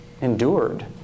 endured